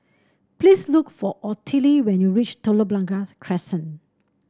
please look for Ottilie when you reach Telok Blangah Crescent